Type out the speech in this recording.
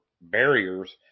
barriers